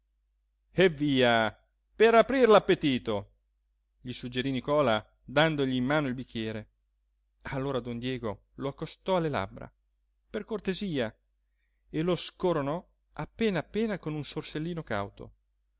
eh via per aprir l'appetito gli suggerí nicola dandogli in mano il bicchiere allora don diego lo accostò alle labbra per cortesia e lo scoronò appena appena con un sorsellino cauto